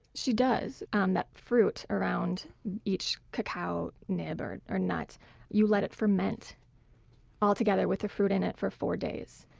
she does. um that fruit around each cacao nib or or nut, you let it ferment all together with the fruit in it for four days.